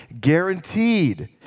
guaranteed